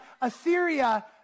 Assyria